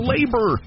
Labor